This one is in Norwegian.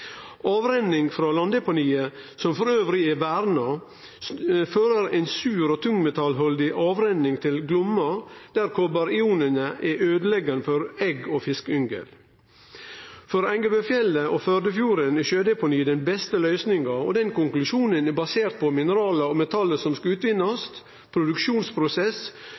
Avrenning frå landdeponiet, som er verna, fører ei sur og tungmetallhaldig avrenning til Glomma, der kopariona er øydeleggjande for egg og fiskeyngel. For Engebøfjellet og Førdefjorden er sjødeponi den beste løysinga. Den konklusjonen er basert på mineral og metallar som skal utvinnast, produksjonsprosess,